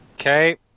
Okay